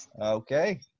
Okay